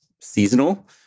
seasonal